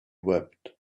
wept